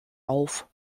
auf